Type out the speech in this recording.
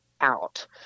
out